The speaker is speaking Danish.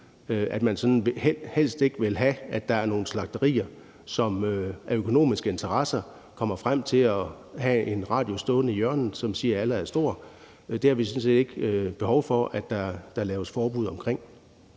sådan helst ikke vil have, at der er nogle slagterier, som på grund af økonomiske interesser kommer frem til at have en radio stående i hjørnet, som siger, at Allah er stor. Det har vi sådan set ikke behov for at der laves forbud mod.